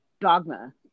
Dogma